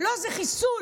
לא, זה חיסול,